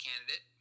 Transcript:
candidate